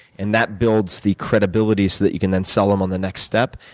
and that builds the credibility so that you can then sell them on the next step,